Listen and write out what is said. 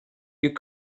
you